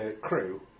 crew